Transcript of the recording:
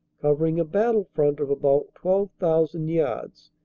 covering a battle front of about twelve thousand yards,